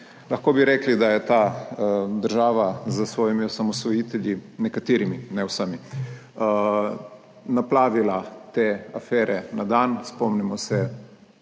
Lahko bi rekli, da je ta država s svojimi osamosvojitelji, nekaterimi ne vsemi, naplavila te afere na dan, spomnimo se